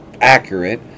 accurate